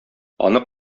аны